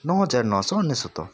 ନଅ ହଜାର ନଅ ଶହ ଅନେଶତ